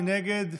מי נגד?